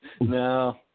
No